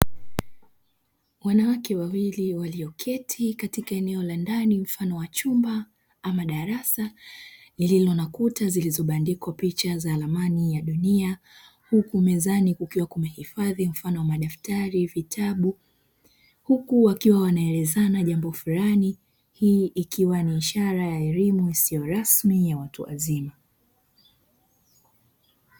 Wanawake wawili walioketi katika eneo la ndani mfano wa chumba ama darasa lililo na kuta zilizobandikwa picha za ramani ya dunia, huku mezani kukiwa kumehifadhi mfano wa madaftari, vitabu huku wakiwa wanaelezana jambo fulani, hii ikiwa ni ishara ya elimu isiyo rasmi ya watu wazima.